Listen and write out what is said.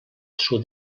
sud